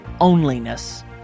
Onliness